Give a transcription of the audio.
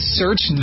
search